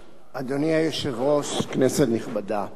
אדוני היושב-ראש, כנסת נכבדה,